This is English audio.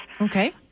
Okay